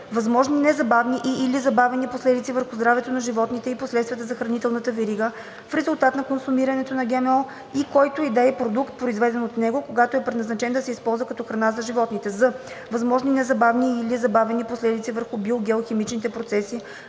възможни незабавни и/или забавени последици върху здравето на животните и последствия за хранителната верига в резултат на консумирането на ГМО и който и да е продукт, произведен от него, когато е предназначен да се използва като храна на животните; з) възможни незабавни и/или забавени последици върху биогеохимичните процеси